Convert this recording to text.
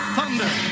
Thunder